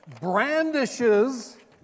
brandishes